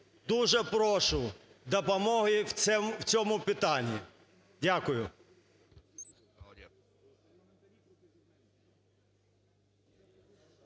дуже прошу допомоги в цьому питанні. Дякую.